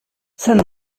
sen